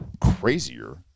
crazier